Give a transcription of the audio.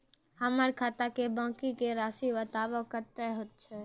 हमर खाता के बाँकी के रासि बताबो कतेय छै?